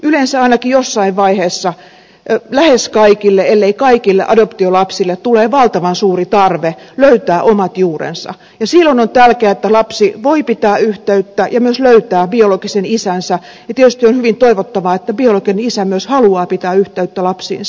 yleensä ainakin jossain vaiheessa lähes kaikille ellei kaikille adoptiolapsille tulee valtavan suuri tarve löytää omat juurensa ja silloin on tärkeää että lapsi voi pitää yhteyttä ja myös löytää biologisen isänsä ja tietysti on hyvin toivottavaa että biologinen isä myös haluaa pitää yhteyttä lapsiinsa